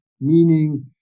meaning